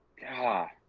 God